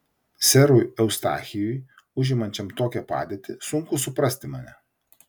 serui eustachijui užimančiam tokią padėtį sunku suprasti mane